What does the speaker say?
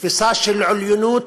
בתפיסה של עליונות,